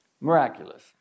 Miraculous